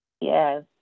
Yes